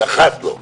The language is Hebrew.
ואם אני אזכיר לך,